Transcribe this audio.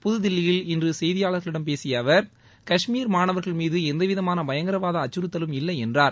புதுதில்லியில் இன்று செய்தியாளர்களிடம் பேசிய அவர் கஷ்மீர் மாணவர்கள் மீது எந்தவிதமான பயங்கரவாத அச்சுறுத்தலும் இல்லை என்றார்